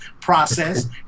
process